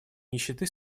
нищеты